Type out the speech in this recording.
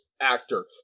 actor